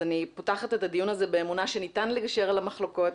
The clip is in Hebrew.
אני פותחת את הדיון הזה באמונה שניתן לגשר על המחלוקות